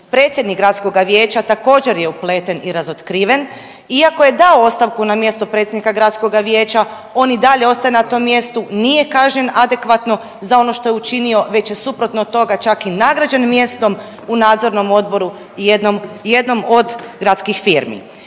Predsjednik gradskoga vijeća također je upleten i razotkriven iako je dao ostavku na mjesto predsjednika gradskoga vijeća, on i dalje ostaje na tom mjestu, nije kažnjen adekvatno za ono što je učinio već je suprotno od toga čak i nagrađen mjestom u nadzornom odboru i jednom, jednom od gradskih firmi.